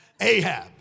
Ahab